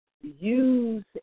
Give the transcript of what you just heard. use